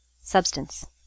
substance